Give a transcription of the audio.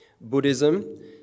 Buddhism